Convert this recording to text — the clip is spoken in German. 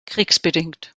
kriegsbedingt